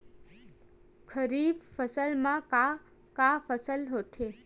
खरीफ फसल मा का का फसल होथे?